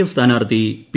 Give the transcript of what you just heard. F സ്ഥാനാർത്ഥി P